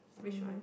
which one